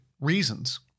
reasons